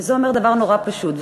וזה אומר דבר נורא פשוט,